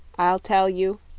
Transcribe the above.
i'll tell you,